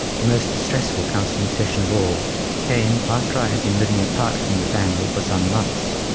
the most stressful counselling session of all came after i had been living apart from the family for some months.